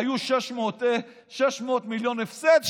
היו 600 מיליון הפסד,